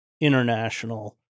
international